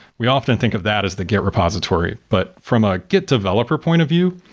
we often think of that as the git repository. but from a get developer point of view,